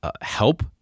Help